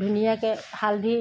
ধুনীয়াকৈ হালধি